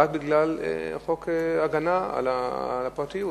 רק בגלל חוק ההגנה על הפרטיות.